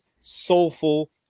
soulful